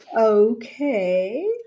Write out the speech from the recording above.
Okay